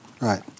Right